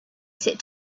said